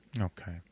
Okay